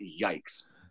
yikes